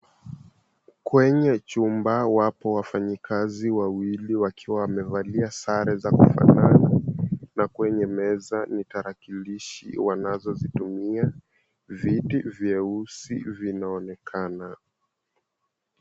Kwenye chumba wapo wafanyikazi wawili wakiwa wamevalia sare za kufanana, na kwenye meza ni tarakilishi wanazozitumia. Viti vyeusi vinaonekana.